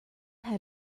had